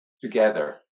together